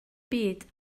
byd